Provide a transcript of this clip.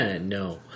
No